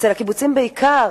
ובקיבוצים בעיקר,